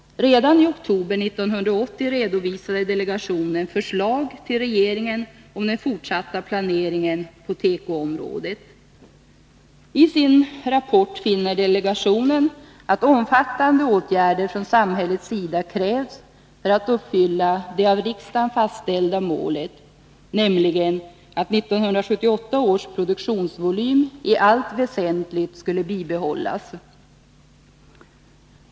Redan i oktober 1980 redovisade delegationen förslag till regeringen om den fortsatta planeringen på tekoområdet. I sin rapport finner delegationen att omfattande åtgärder från samhällets sida krävs för att uppfylla det av riksdagen fastställda målet, nämligen att 1978 års produktionsvolym i allt väsentligt skulle bibehållas.